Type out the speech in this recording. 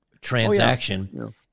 transaction